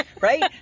Right